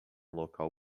lugar